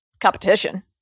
competition